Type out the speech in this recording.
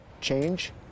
change